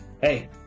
hey